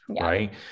right